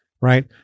right